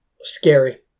scary